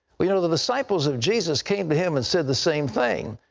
but you know, the disciples of jesus came to him and said the same thing,